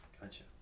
Gotcha